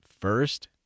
first